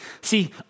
See